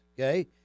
okay